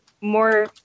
more